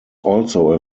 also